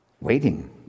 Waiting